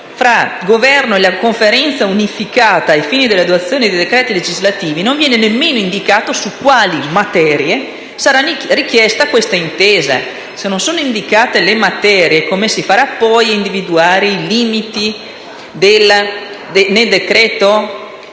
il Governo e la Conferenza unificata, ai fini dell'adozione di decreti legislativi, non viene nemmeno indicato su quali materie sarà necessario acquisire tale intesa. Se non sono indicate le materie, come si farà a individuare i limiti nel decreto? Quali